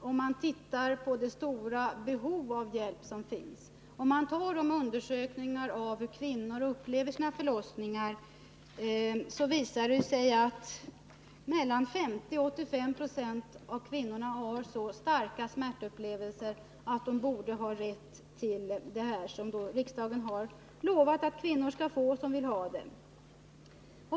Om man ser på det stora behov av hjälp som finns och på undersökningar av hur kvinnor upplever sina förlossningar finner man att mellan 50 och 85 96 av kvinnorna har så starka smärtupplevelser att de borde ha fått smärtlindring, dvs. det som riksdagen lovat att de kvinnor skall få som vill ha det.